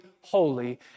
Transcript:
holy